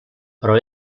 però